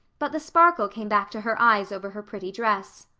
but the sparkle came back to her eyes over her pretty dress.